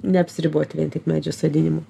neapsiriboti vien tik medžio sodinimu